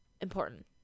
Important